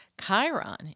Chiron